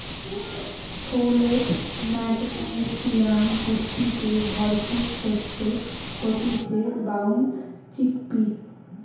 folate, magnesium পুষ্টিতে ভরপুর শস্য হতিছে ব্রাউন চিকপি